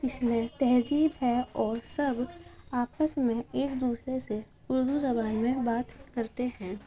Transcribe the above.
اس میں تہذیب ہے اور سب آپس میں ایک دوسرے سے اردو زبان میں بات کرتے ہیں